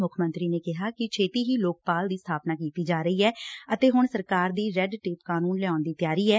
ਮੁੱਖ ਮੰਤਰੀ ਨੇ ਕਿਹਾ ਕਿ ਛੇਤੀ ਹੀ ਲੋਕਪਾਲ ਦੀ ਸਥਾਪਨਾ ਕੀਤੀ ਜਾ ਰਹੀ ਐ ਅਤੇ ਹੁਣ ਸਰਕਾਰ ਦੀ ਰੈਡ ਟੇਪ ਕਾਨੂੰਨ ਲਿਆਉਣ ਦੀ ਤਿਆਰੀ ਐ